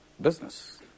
business